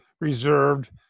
reserved